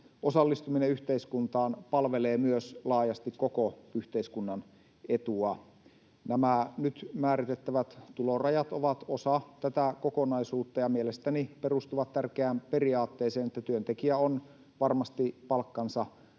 osallistuminen yhteiskuntaan palvelee laajasti koko yhteiskunnan etua. Nämä nyt määritettävät tulorajat ovat osa tätä kokonaisuutta ja mielestäni perustuvat tärkeään periaatteeseen, että työntekijä on varmasti palkkansa